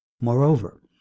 Moreover